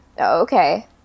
okay